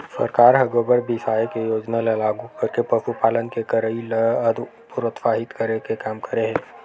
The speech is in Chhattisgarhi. सरकार ह गोबर बिसाये के योजना ल लागू करके पसुपालन के करई ल अउ प्रोत्साहित करे के काम करे हे